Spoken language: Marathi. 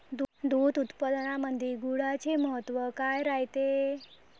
दूध उत्पादनामंदी गुळाचे महत्व काय रायते?